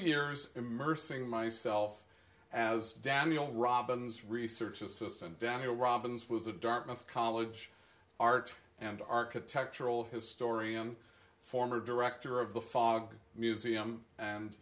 years immersing myself as daniel robins research assistant daniel robins was a dartmouth college art and architectural historian former director of the fog museum and